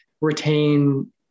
retain